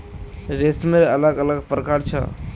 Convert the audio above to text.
रेशमेर अलग अलग प्रकार छ